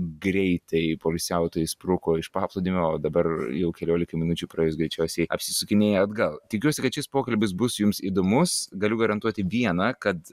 greitai poilsiautojai spruko iš paplūdimio o dabar jau keliolikai minučių praėjus greičiausiai apsisukinėja atgal tikiuosi kad šis pokalbis bus jums įdomus galiu garantuoti viena kad